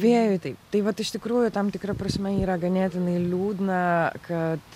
vėjui taip tai vat iš tikrųjų tam tikra prasme yra ganėtinai liūdna kad